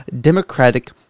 democratic